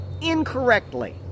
incorrectly